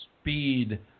speed